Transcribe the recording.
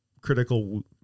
critical